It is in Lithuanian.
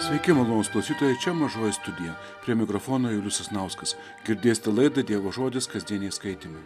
sveiki malonūs klausytojai čia mažoji studija prie mikrofono julius sasnauskas girdėsite laidą dievo žodis kasdieniai skaitymai